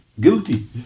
guilty